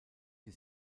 die